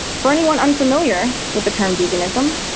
for anyone unfamiliar with the term veganism,